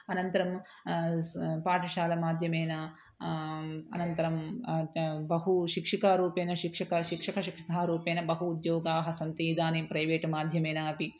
अनन्तरं स् पाठशालामाध्यमेन अनन्तरं बहु शिक्षिकारूपेण शिक्षकः शिक्षकशिक्षिकाः रूपेण बहु उद्योगाः सन्ति इदानीं प्रैवेट् माध्यमेन अपि